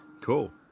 Cool